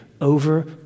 over